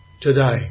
today